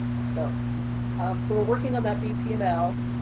so um so we're working on that bpml.